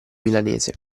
milanese